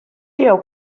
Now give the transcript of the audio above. tiegħu